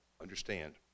understand